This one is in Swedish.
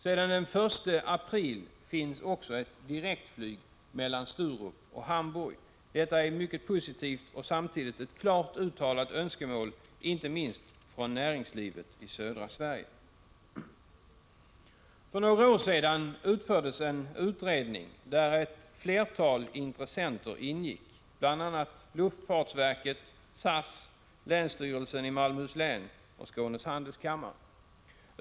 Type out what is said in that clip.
Sedan den 1 april finns också ett direktflyg mellan Sturup och Hamburg. Detta är mycket positivt och samtidigt ett klart uttalat önskemål, inte minst från näringslivet i södra Sverige. För några år sedan utfördes en utredning där ett flertal intressenter ingick, bl.a. luftfartsverket, SAS, länsstyrelsen i Malmöhus län och Skånes handelskammare.